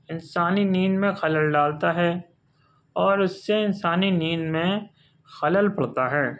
انسانی نیند میں خلل ڈالتا ہے اور اُس سے انسانی نیند میں خلل پڑتا ہے